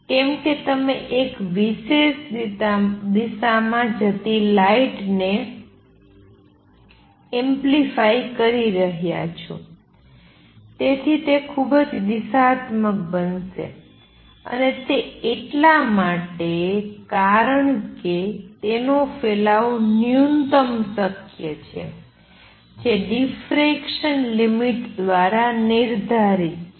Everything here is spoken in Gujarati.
કેમ કે તમે એક વિશેષ દિશામાં જતી લાઇટને એમ્પ્લિફાઇ કરી રહ્યાં છો તેથી તે ખૂબ જ દિશાત્મક બનશે અને તે એટલા માટે કારણ કે તેનો ફેલાવો ન્યૂનતમ શક્ય છે જે ડિફરેકસન લિમિટ દ્વારા નિર્ધારિત છે